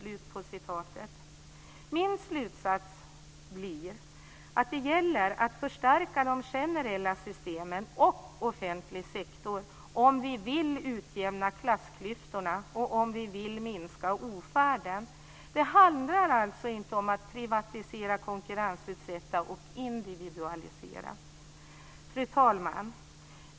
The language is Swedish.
Min slutsats av detta blir att det gäller att förstärka de generella systemen och offentlig sektor om vi vill utjämna klassklyftorna och minska ofärden. Det handlar alltså inte om att privatisera, konkurrensutsätta och individualisera. Fru talman!